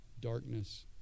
darkness